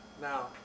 Now